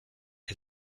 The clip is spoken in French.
est